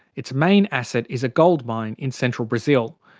its main asset is a goldmine in central brazil.